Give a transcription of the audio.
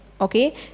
okay